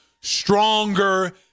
stronger